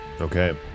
Okay